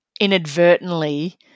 inadvertently